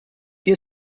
vier